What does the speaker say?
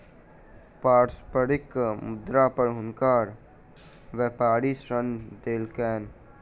पारस्परिक मुद्रा पर हुनका व्यापारी ऋण देलकैन